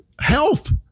health